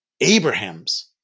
Abraham's